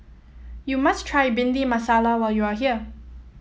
you must try Bhindi Masala when you are here